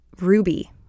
ruby